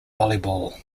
volleyball